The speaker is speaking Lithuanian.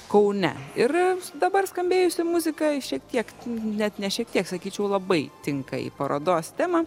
kaune ir dabar skambėjusi muzika šiek tiek net ne šiek tiek sakyčiau labai tinka į parodos temą